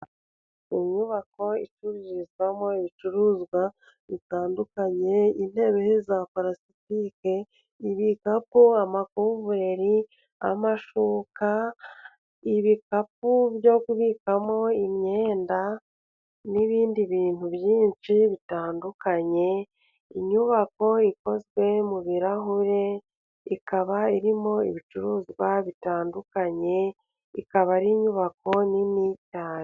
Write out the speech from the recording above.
Inyubako icururizwamo ibicuruzwa bitandukanye, intebe za parasitike, ibikapu, amakuvureri, amashuka, ibikapu byo kubikamo imyenda, n'ibindi bintu byinshi bitandukanye, inyubako ikozwe mu birarahure, ikaba irimo ibicuruzwa bitandukanye, ikaba ari inyubako nini cyane